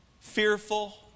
Fearful